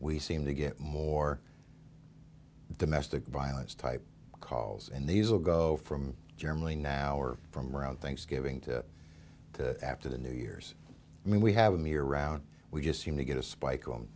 we seem to get more domestic violence type calls and these will go from germany now or from around thanksgiving to after the new years when we have me around we just seem to get a spike